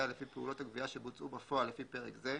לפי פעולות הגביה שבוצעו בפועל לפי פרק זה,